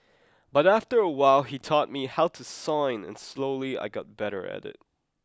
but after a while he taught me how to sign and slowly I got better at it